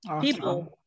people